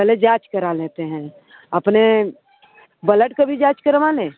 पहले जांच करा लेते हैं अपने बलड का भी जांच करवा लें